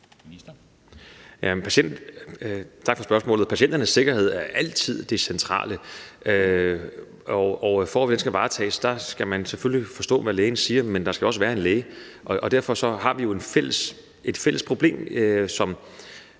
Tak for spørgsmålet. Patienternes sikkerhed er altid det centrale, og for at den skal varetages, skal man selvfølgelig kunne forstå, hvad lægen siger, men der skal jo også være en læge, og derfor har vi et fælles problem. Man